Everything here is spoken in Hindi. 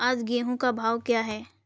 आज गेहूँ का भाव क्या है?